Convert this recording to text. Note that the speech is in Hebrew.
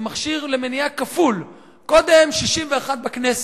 זה מכשיר למניעה כפול, קודם 61 בכנסת,